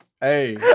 Hey